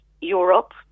Europe